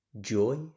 joy